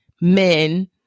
men